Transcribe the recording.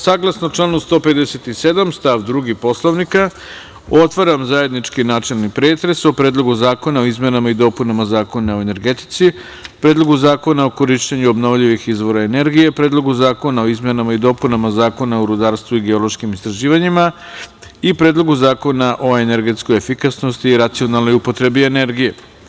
Saglasno članu 157. stav 2. Poslovnika, otvaram zajednički načelni pretres o Predlogu zakona o izmenama i dopuna Zakona o energetici, Predlogu zakona o korišćenju obnovljivih izvora energije, Predlogu zakona o izmenama i dopunama Zakona o rudarstvu i geološkim istraživanjima i Predlogu zakona o energetskoj efikasnosti i racionalnoj upotrebi energije.